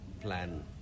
plan